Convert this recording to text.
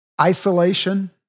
Isolation